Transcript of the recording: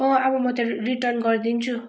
अब म त रिटर्न गरिदिन्छु